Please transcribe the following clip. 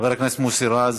חבר הכנסת מוסי רז,